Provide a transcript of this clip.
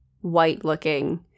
white-looking